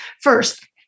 first